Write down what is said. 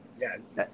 Yes